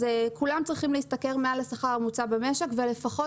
כולם צריכים להסתכל מעל השכר הממוצע במשק ולפחות